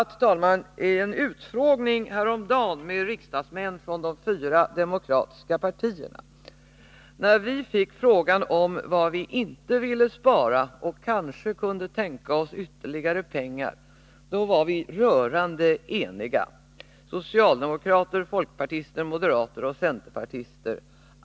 Häromdagen satt jag i en utfrågning med riksdagsmän från de fyra demokratiska partierna. När vi fick frågan var vi inte ville spara och kanske kunde tänka oss ytterligare pengar var vi rörande eniga — socialdemokrater, folkpartister, moderater och centerpartister.